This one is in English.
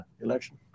election